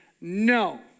no